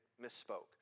misspoke